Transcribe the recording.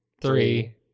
three